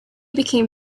became